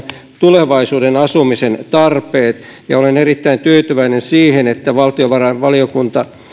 tulevaisuuden asumisen tarpeet olen erittäin tyytyväinen siihen että valtiovarainvaliokunta